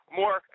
more